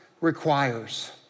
requires